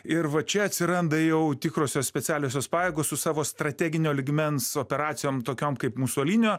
ir va čia atsiranda jau tikrosios specialiosios pajėgos su savo strateginio lygmens operacijom tokiom kaip musolinio